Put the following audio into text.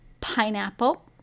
pineapple